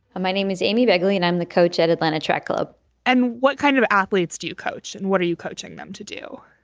my name is amy beggarly and i'm the coach at atlanta track club and what kind of athletes do you coach and what are you coaching them to do?